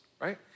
right